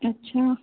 अच्छा